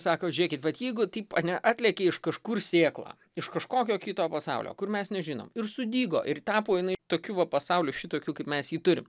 sako žiūrėkit vat jeigu taip ane atlėkė iš kažkur sėkla iš kažkokio kito pasaulio kur mes nežinom ir sudygo ir tapo jinai tokiu va pasauliu šitokiu kaip mes jį turim